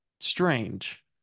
strange